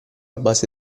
base